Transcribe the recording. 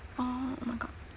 oh oh my god